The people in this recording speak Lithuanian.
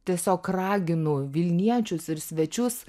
tiesiog raginu vilniečius ir svečius